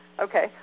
Okay